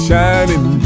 Shining